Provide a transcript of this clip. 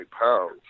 pounds